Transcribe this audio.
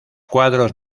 cuadros